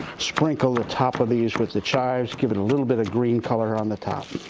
sprinkle the top of these with the chives, give it a little bit of green color on the top.